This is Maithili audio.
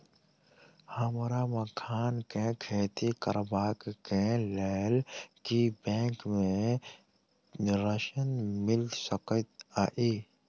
हमरा मखान केँ खेती करबाक केँ लेल की बैंक मै ऋण मिल सकैत अई?